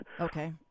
Okay